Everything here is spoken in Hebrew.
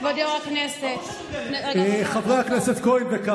על מה אתה מדבר, על ברק חירם?